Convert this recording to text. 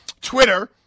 Twitter